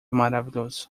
maravilhoso